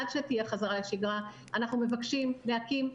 עד שתהיה חזרה לשגרה אנחנו מבקשים להקים,